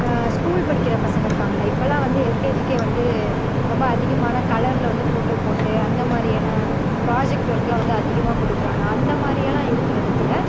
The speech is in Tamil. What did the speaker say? ஸ்கூல் படிக்கிற பசங்க இருக்காங்களே இப்போல்லாம் வந்து எல்கேஜிக்கே வந்து ரொம்ப அதிகமான கலரில் வந்து ஃபோட்டோ போட்டு அந்த மாதிரியெல்லாம் ப்ராஜெக்ட் ஒர்க்லாம் வந்து அதிகமாக கொடுக்கறாங்க அந்த மாதிரியெல்லாம் இருக்கிற இடத்துல